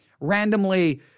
randomly